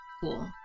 Cool